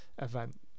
Event